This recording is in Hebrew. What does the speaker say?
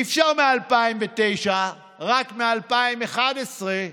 אי-אפשר מ-2009, רק מ-2011,